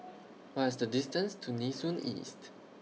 What IS The distance to Nee Soon East